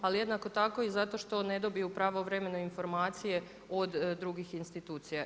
Ali jednako tako i zato što ne dobiju pravovremene informacije od drugih institucija.